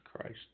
Christ